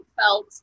felt